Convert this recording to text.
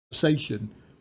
conversation